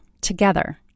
together